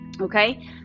Okay